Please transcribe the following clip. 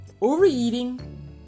Overeating